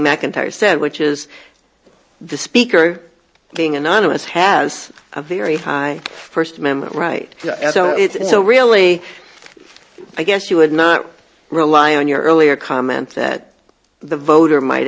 macintyre said which is the speaker being anonymous has a very high first amendment right so it's a really i guess you would not rely on your earlier comment that the voter might